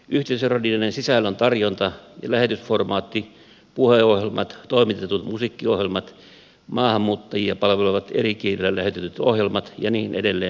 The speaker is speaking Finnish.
yhteisöradioiden sisällöntarjonta ja lähetysformaatti puheohjelmat toimitetut musiikkiohjelmat maahanmuuttajia palvelevat eri kielillä lähetetyt ohjelmat ja niin edelleen